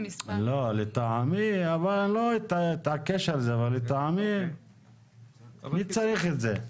לא אתעקש על זה, אבל מי צריך את זה?